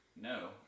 no